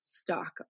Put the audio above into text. stock